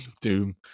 Doom